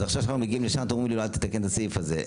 אז עכשיו שאנחנו מגיעים לשם אתם אומרים לי אל תתקן את הסעיף הזה.